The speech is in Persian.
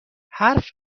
حرف